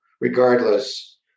regardless